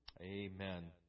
Amen